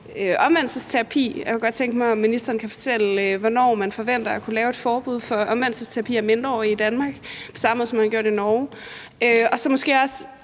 omvendelsesterapi – jeg kunne godt tænke mig, at ministeren kan fortælle, hvornår man forventer at kunne lave et forbud mod omvendelsesterapi for mindreårige i Danmark på samme måde, som man har gjort det i Norge – og så måske også,